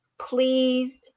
pleased